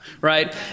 right